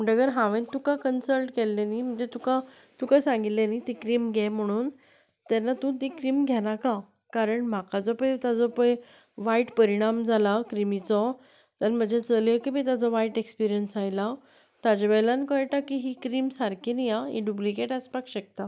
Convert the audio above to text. म्हणटकच हांवें तुका कंसल्ट केल्लें न्हय म्हणजे तुका तुका सांगिल्लें न्हय ती क्रीम घे म्हणून तेन्ना तूं ती क्रीम घेवनाका कारण म्हाका जो पळय ताजो पळय वायट परिणाम जाला क्रिमीचो आनी म्हज्या चलयेक बी ताजो वायट एक्सपिरियन्स आयला ताजे वेल्यान कळटा की ही क्रीम सारकी न्हय आं ही डुब्लिकेट आसपाक शकता